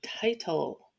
title